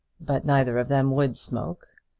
but neither of them would smoke.